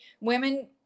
women